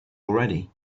already